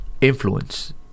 influence